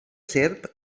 serp